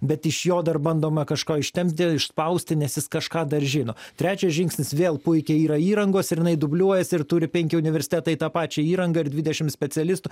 bet iš jo dar bandoma kažką ištempti išspausti nes jis kažką dar žino trečias žingsnis vėl puikiai yra įrangos ir jinai dubliuojasi ir turi penki universitetai tą pačią įrangą ir dvidešim specialistų